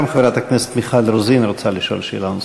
גם חברת הכנסת מיכל רוזין רוצה לשאול שאלה נוספת.